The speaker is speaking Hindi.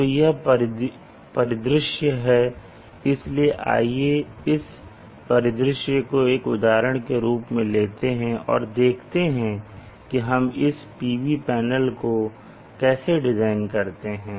तो यह परिदृश्य है इसलिए आइए इस परिदृश्य को एक उदाहरण के रूप में लेते हैं और देखते हैं कि हम इस PV पैनल को कैसे डिज़ाइन करते हैं